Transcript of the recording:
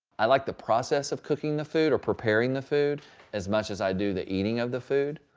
i like the process of cooking the food or preparing the food as much as i do the eating of the food,